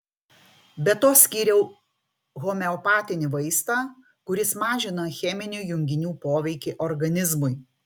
be to skyriau homeopatinį vaistą kuris mažina cheminių junginių poveikį organizmui